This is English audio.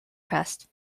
pressed